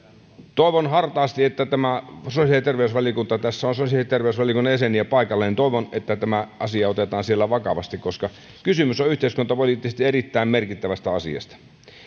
toivon hartaasti että sosiaali ja terveysvaliokunnassa tässä on sosiaali ja terveysvaliokunnan jäseniä paikalla tämä asia otetaan vakavasti koska kysymys on yhteiskuntapoliittisesti erittäin merkittävästä asiasta